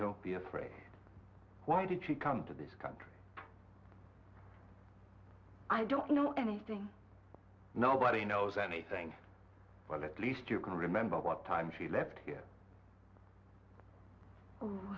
don't be afraid why did she come to this country i don't know anything nobody knows anything well at least you can remember what time she left here